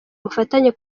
ubufatanye